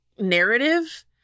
narrative